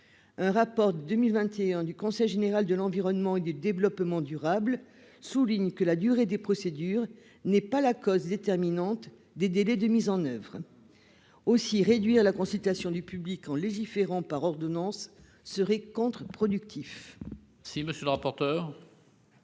Un rapport de 2021 du Conseil général de l'environnement et du développement durable (CGEDD) souligne que la durée des procédures n'est pas la cause déterminante des délais de mise en oeuvre. Aussi, réduire la consultation du public en légiférant par ordonnances serait contre-productif. Quel est l'avis de